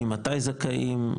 ממתי זכאים,